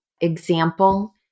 example